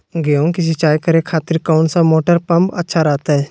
गेहूं के सिंचाई करे खातिर कौन सा मोटर पंप अच्छा रहतय?